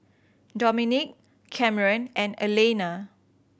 Dominick Kamren and Alayna